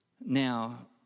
Now